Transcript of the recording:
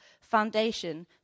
foundation